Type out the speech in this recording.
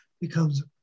becomes